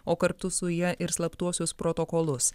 o kartu su ja ir slaptuosius protokolus